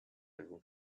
everyone